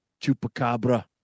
chupacabra